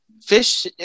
Fish